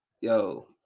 Yo